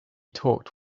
talked